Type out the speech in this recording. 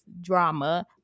drama